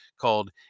called